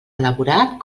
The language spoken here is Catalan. elaborat